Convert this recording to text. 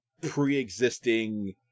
pre-existing